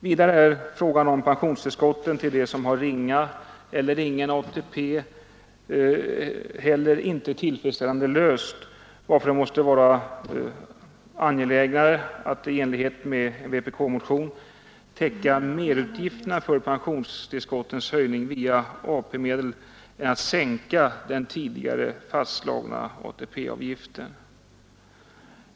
Vidare är frågan om pensionstillskotten till dem som har ringa eller ingen ATP inte tillfredsställande löst, varför det måste vara mera angeläget att i enlighet med en vpk-motion täcka merutgifterna för pensionstillskottens höjning via AP-medel än att sänka den tidigare fastslagna ATP-avgiften.